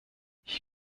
ich